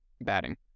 batting